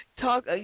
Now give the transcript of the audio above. Talk